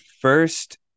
First